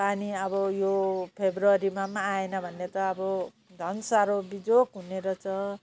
पानी अब यो फेब्रुअरीमा आएन भने त अब झन् साह्रो बिजोग हुने रहेछ